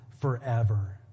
forever